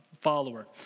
follower